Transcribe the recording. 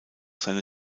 seine